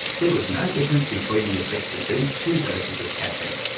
there was no difference between the effects of these two doses of caffeine,